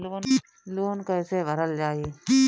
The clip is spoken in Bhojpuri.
लोन कैसे भरल जाइ?